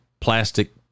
plastic